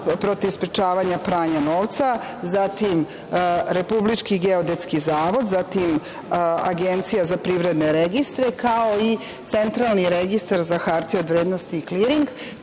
protiv sprečavanja pranja novca, zatim Republički geodetski zavod, zatim Agencija za privredne registre, kao i Centralni registar za hartije od vrednosti kliring. Prema